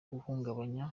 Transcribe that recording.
kuwuhungabanya